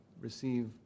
receive